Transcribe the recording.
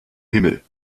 himmel